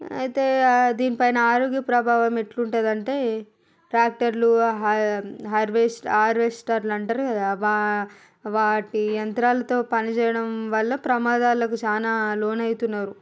అయితే దీనిపైన ఆరోగ్య ప్రభావం ఎట్లుంటుందంటే డాక్టర్లు హా హార్వే హార్వెస్టర్లు అంటారు కదా వా వాటి యంత్రాలతో పనిచేయడం వల్ల ప్రమాదాలకు చాలా లోనయితున్నారు